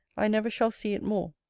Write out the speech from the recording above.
i never shall see it more.